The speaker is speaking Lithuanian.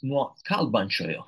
nuo kalbančiojo